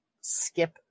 skip